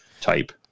type